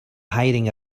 hiring